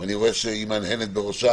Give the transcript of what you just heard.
אני רואה שהיא מהנהנת בראשה